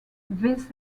this